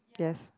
yes